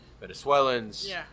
Venezuelans